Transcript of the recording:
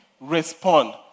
respond